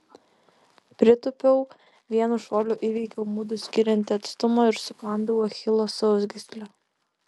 pritūpiau vienu šuoliu įveikiau mudu skiriantį atstumą ir sukandau achilo sausgyslę